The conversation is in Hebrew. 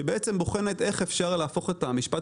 והיא בוחנת איך אפשר להפוך את המשפט